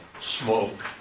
Smoke